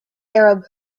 arab